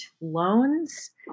loans